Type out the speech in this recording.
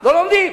לא לומדים.